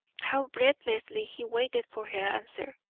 how breathlessly he waited for her answer!